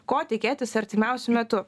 ko tikėtis artimiausiu metu